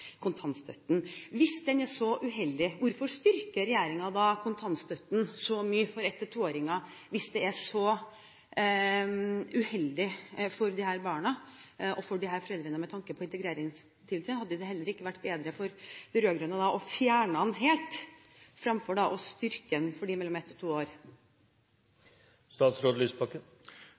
år, hvis den er så uheldig for disse barna og for disse foreldrene av integreringshensyn? Hadde det ikke heller vært bedre for de rød-grønne å fjerne kontantstøtten helt framfor å styrke den for dem mellom ett og to